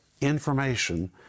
information